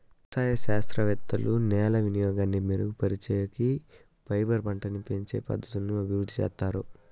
వ్యవసాయ శాస్త్రవేత్తలు నేల వినియోగాన్ని మెరుగుపరిచేకి, ఫైబర్ పంటలని పెంచే పద్ధతులను అభివృద్ధి చేత్తారు